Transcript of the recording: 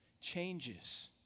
changes